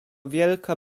wielka